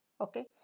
Okay